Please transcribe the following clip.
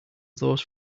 those